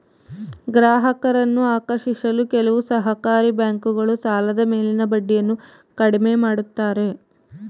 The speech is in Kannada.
ಗ್ರಾಹಕರನ್ನು ಆಕರ್ಷಿಸಲು ಕೆಲವು ಸಹಕಾರಿ ಬ್ಯಾಂಕುಗಳು ಸಾಲದ ಮೇಲಿನ ಬಡ್ಡಿಯನ್ನು ಕಡಿಮೆ ಮಾಡುತ್ತಾರೆ